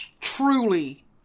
truly